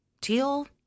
Teal